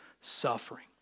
suffering